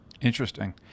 Interesting